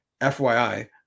FYI